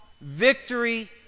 victory